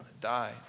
died